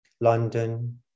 London